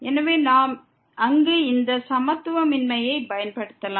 எனவே நாம் அங்கு இந்த சமத்துவமின்மையைப் பயன்படுத்தலாம்